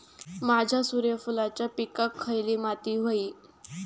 माझ्या सूर्यफुलाच्या पिकाक खयली माती व्हयी?